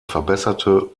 verbesserte